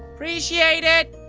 appreciate it.